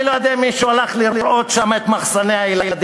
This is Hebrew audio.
אני לא יודע אם מישהו הלך לראות שם את מחסני הילדים.